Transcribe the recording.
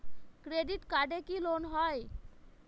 Credit কার্ডে কি loan হয়?